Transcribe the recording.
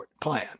plan